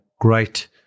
great